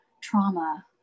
trauma